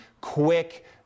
quick